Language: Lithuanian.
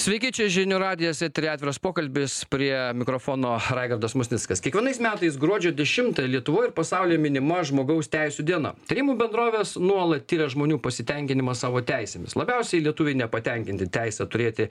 sveiki čia žinių radijas etery atviras pokalbis prie mikrofono raigardas musnickas kiekvienais metais gruodžio dešimtą lietuvoj ir pasauly minima žmogaus teisių diena tyrimų bendrovės nuolat tiria žmonių pasitenkinimą savo teisėmis labiausiai lietuviai nepatenkinti teise turėti